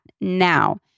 Now